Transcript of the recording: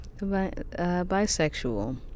Bisexual